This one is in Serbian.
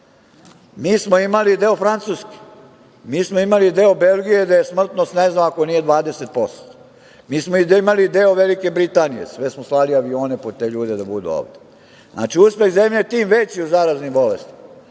Mi smo imali deo Francuske, mi smo imali deo Belgije, gde je smrtnost, ne znam, ako nije 20%, mi smo imali deo Velike Britanije, sve smo slali avione po te ljude da budu ovde. Znači, uspeh zemlje je tim veći od zaraznih bolesti,